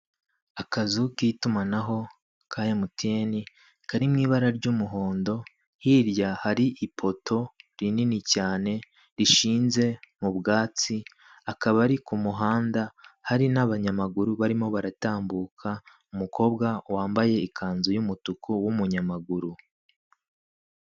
Akazu k'itumanaho ka emutiyeni kari mu ibara ry'umuhondo, hirya hari ipoto rinini cyane rishinze mu bwatsi, akaba ari ku muhanda hari n'abanyamaguru barimo baratambuka umukobwa wambaye ikanzu y'umutuku w'umunyamaguru.